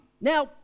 Now